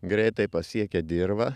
greitai pasiekia dirvą